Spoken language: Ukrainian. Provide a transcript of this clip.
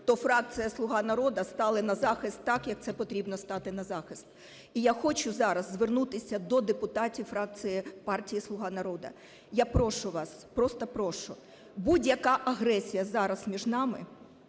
то фракція "Слуга народу" стала на захист так, як це потрібно стати на захист. І я хочу зараз звернутися до депутатів фракції партії "Слуга народу". Я прошу вас, просто прошу, будь-яка агресія зараз між нами,